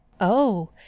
Oh